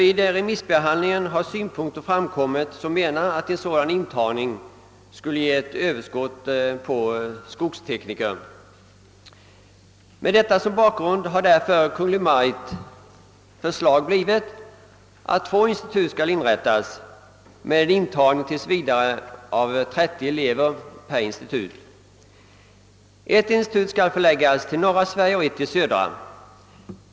Vid remissbehandlingen har dock den synpunkten framförts att en sådan intagning skulle leda till ett överskott av skogstekniker. Mot denna bakgrund har Kungl. Maj:ts förslag blivit att två institut skall inrättas med tills vidare en intagning av 30 elever vartdera per år. Ett institut skall förläggas till norra och ett till södra Sverige.